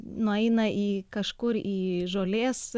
nueina į kažkur į žolės